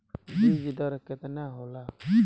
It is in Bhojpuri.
बीज दर केतना होला?